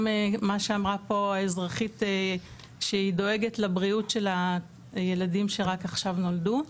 גם מה שאמרה פה האזרחית שדואגת לבריאות הילדים שרק עכשיו נולדו,